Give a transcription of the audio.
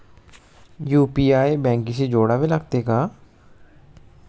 UPI बँकेशी जोडावे लागते का?